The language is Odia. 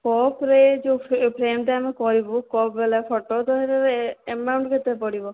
କପ୍ରେ ଯେଉଁ ଫ୍ରେମ୍ଟା ଆମେ କରିବୁ କପ୍ବାଲା ଫଟୋ ତା'ର ଏମାଉଣ୍ଟ୍ କେତେ ପଡ଼ିବ